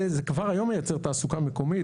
וזה כבר היום מייצר תעסוקה מקומית,